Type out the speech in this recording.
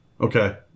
Okay